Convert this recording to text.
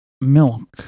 milk